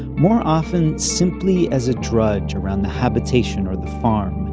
more often simply as a drudge around the habitation or the farm,